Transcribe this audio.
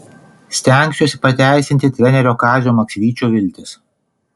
stengsiuosi pateisinti trenerio kazio maksvyčio viltis